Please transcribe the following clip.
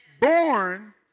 born